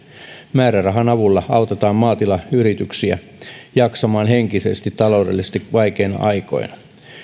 määrärahan avulla autetaan maatilayrityksiä jaksamaan henkisesti taloudellisesti vaikeina aikoina